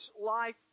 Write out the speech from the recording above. life